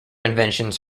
inventions